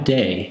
day